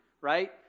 Right